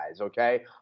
okay